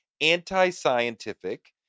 anti-scientific